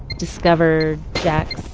discovered jack's,